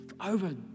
over